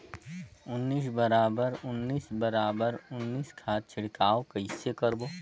उन्नीस बराबर उन्नीस बराबर उन्नीस खाद छिड़काव कइसे करबो?